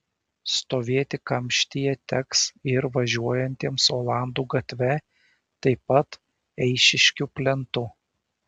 stovėti kamštyje teks ir važiuojantiems olandų gatve taip pat eišiškių plentu